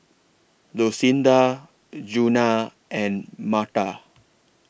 Lucinda Djuna and Myrta